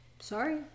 Sorry